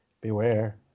beware